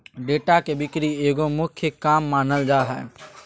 data के बिक्री एगो मुख्य काम मानल जा हइ